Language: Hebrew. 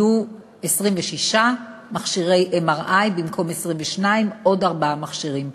יהיו 26 מכשירי MRI במקום 22. עוד ארבעה מכשירים.